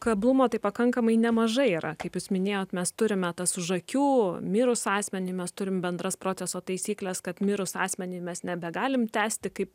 kablumo tai pakankamai nemažai yra kaip jūs minėjot mes turime tas už akių mirus asmeniui mes turim bendras proceso taisykles kad mirus asmeniui mes nebegalim tęsti kaip